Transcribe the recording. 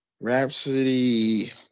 rhapsody